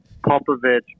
Popovich